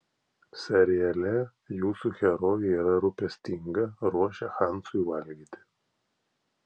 seriale jūsų herojė yra rūpestinga ruošia hansui valgyti